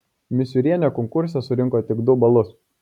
misiūrienė konkurse surinko tik du balus